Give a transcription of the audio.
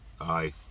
Aye